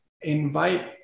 invite